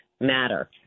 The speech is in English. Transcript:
matter